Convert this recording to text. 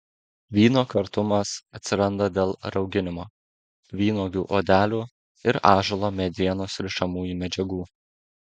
vyno kartumas atsiranda dėl rauginimo vynuogių odelių ir ąžuolo medienos rišamųjų medžiagų